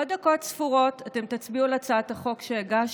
עוד דקות ספורות אתם תצביעו על הצעת החוק שהגשתי,